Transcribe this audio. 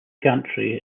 gantry